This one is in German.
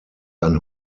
ein